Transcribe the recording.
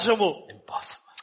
Impossible